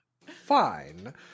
fine